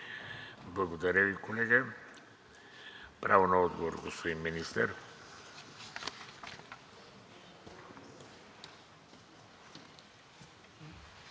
Благодаря Ви, колега. Право на отговор, господин Министър.